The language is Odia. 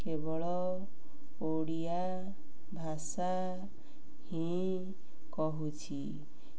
କେବଳ ଓଡ଼ିଆ ଭାଷା ହିଁ କହୁଛି